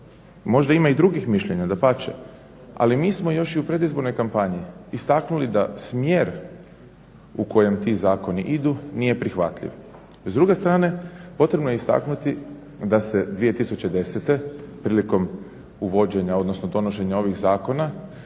Možda ima i drugih mišljenja, dapače, ali mi smo još i u predizbornoj kampanji istaknuli da smjer u kojem ti zakoni idu nije prihvatljiv. S druge strane potrebno je istaknuti da se 2010. prilikom uvođenja, odnosno donošenja ovih zakona,